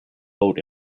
boat